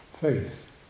Faith